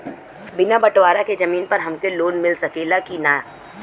बिना बटवारा के जमीन पर हमके लोन मिल सकेला की ना?